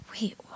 wait